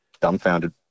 dumbfounded